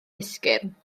esgyrn